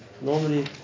Normally